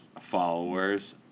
followers